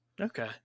Okay